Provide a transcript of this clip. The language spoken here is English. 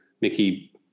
Mickey